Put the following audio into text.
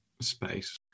space